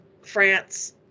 France